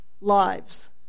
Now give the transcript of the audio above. lives